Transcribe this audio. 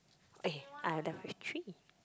eh I am left with three